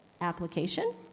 Application